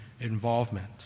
involvement